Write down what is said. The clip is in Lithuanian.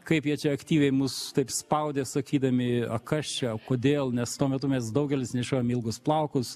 kaip jie čia aktyviai mus taip spaudė sakydami a kas čia o kodėl nes tuo metu mes daugelis nešiojom ilgus plaukus